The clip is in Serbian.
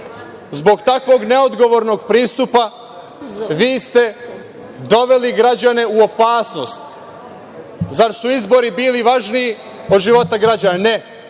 Zbog takvog neodgovornog pristupa vi ste doveli građane u opasnost. Zar su izbori bili važniji od života građana? Ne,